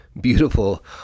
beautiful